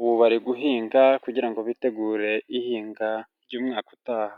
ubu bari guhinga kugira ngo bitegure ihinga ry'umwaka utaha